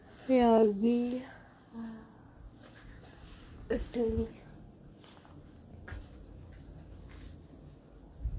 ya I agree